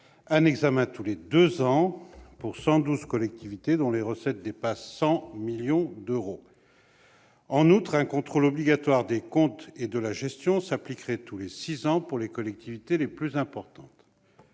un examen tous les deux ans, pour 112 collectivités dont les recettes dépassent 100 millions d'euros. En outre, un contrôle obligatoire des comptes et de la gestion s'appliquerait tous les six ans pour les collectivités les plus importantes.